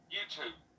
YouTube